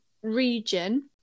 region